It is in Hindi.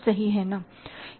सही है ना